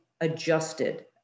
adjusted